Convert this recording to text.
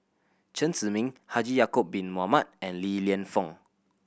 Chen Zhiming Haji Ya'acob Bin Mohamed and Li Lienfung